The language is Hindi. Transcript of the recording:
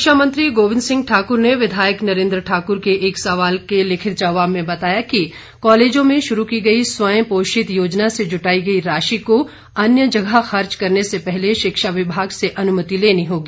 शिक्षा मंत्री गोविंद सिंह ठाकुर ने विधायक नरेंद्र ठाकुर के एक सवाल के लिखित जवाब में बताया कालेजों में शुरू की गई स्वयं पोषित योजना से जुटाई गई राशि को अन्य जगह खर्च करने से पहले शिक्षा विभाग से अनुमति लेनी होगी